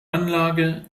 anlage